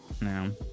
No